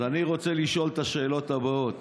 אז אני רוצה לשאול את השאלות הבאות: